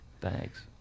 Thanks